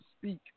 speak